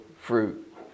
fruit